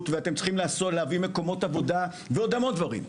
ואתם צריכים להביא מקומות עבודה ועוד המון דברים.